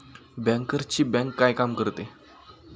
बँकर्सची बँक काय काम करते?